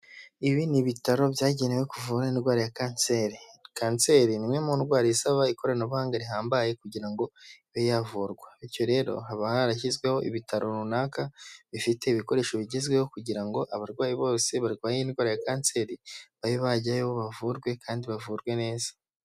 Ibi ni ibitaro byagenewe kuvura indwara ya kanseri. Kanseri ni imwe mu ndwara isaba ikoranabuhanga rihambaye kugira ngo ibe yavurwa. Bityo rero haba harashyizweho ibitaro runaka bifite ibikoresho bigezweho kugira ngo abarwayi bose barwaye indwara ya kanseri babe bajyayo bavurwe kandi bavurwe neza.